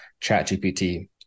ChatGPT